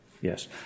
yes